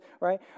right